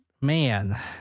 Man